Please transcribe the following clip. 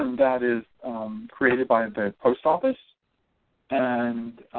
um that is created by the post office and